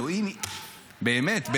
אלוהים, באמת.